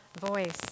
voice